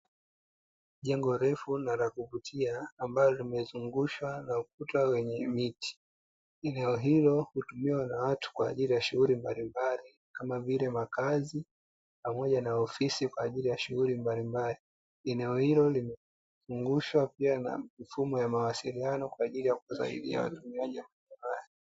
Jengo lefu na la kuvutia ambalo limezungushwa na ukuta wenye miti, eneo hilo linatumiwa na watu kwa ajili ya shughuli mbalimbali, kama vile makazi pamoja na ofisi kwa ajili ya ofisi kwa ajili ya shughuli mbali mbalimbali eneo hilo limezughushwa na mifumo ya mawasiliano kwa ajili ya kusaidia watumiaji wa maeneo hayo.